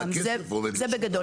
זה בגדול.